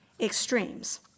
extremes